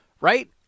right